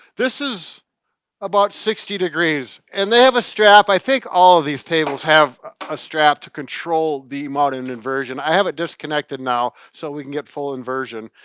this is about sixty degrees and they have a strap, i think all these tables have a strap to control the amount of and inversion. i have it disconnected now, so we can get full inversion.